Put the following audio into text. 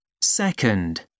second